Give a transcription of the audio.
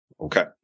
Okay